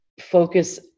focus